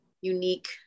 unique